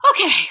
okay